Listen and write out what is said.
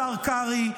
השר קרעי,